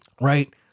right